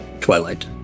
twilight